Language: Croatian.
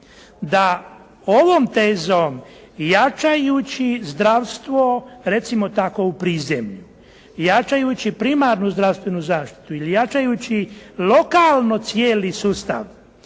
da ovom tezom jačajući zdravstvo recimo tako u prizemlju, jačajući primarnu zdravstvenu zaštitu ili jačajući lokalno cijeli sustav